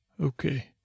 Okay